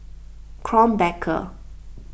Krombacher